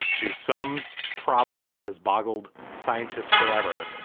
to some problem that has boggled scientists forever.